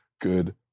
good